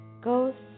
ghosts